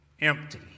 empty